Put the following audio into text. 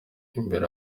imbere